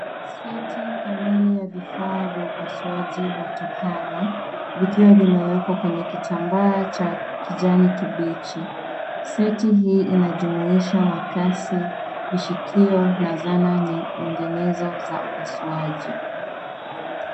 Seti kamili ya vifaa vya upasuaji wa tohara ,vikiwa vimewekwa kwenye kitambaa cha kijani kibichi. Seti hii inajumuisha makasi, vishikio na zana nyinginezo za upasuaji.